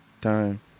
time